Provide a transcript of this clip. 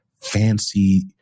fancy